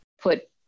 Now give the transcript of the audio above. put